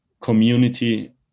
community